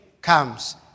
comes